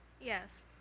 Yes